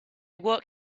work